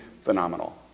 phenomenal